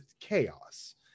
chaos